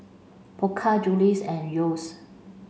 Pokka Julie's and Yeo's